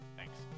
Thanks